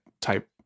type